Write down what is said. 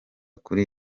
kuri